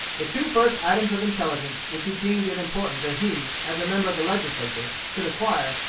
the two first items of intelligence which he deemed it important that he, as a member of the legislature, should acquire,